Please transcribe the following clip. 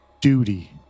Duty